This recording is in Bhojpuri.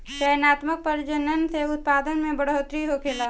चयनात्मक प्रजनन से उत्पादन में बढ़ोतरी होखेला